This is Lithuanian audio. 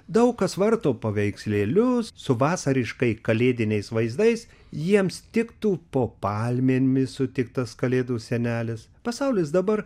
daug kas varto paveikslėlius su vasariškai kalėdiniais vaizdais jiems tiktų po palmėmis sutiktas kalėdų senelis pasaulis dabar